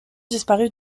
disparu